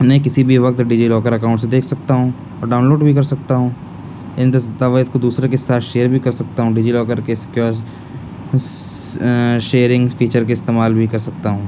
انہیں کسی بھی وقت ڈیجی لاکر اکاؤنٹ سے دیکھ سکتا ہوں اور ڈاؤن لوڈ بھی کر سکتا ہوں ان دستاویز کو دوسرے کے ساتھ شیئر بھی کر سکتا ہوں ڈیجی لاکر کے سکیورس اس شیئرنگ فیچر کے استعمال بھی کر سکتا ہوں